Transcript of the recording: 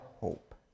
hope